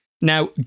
Now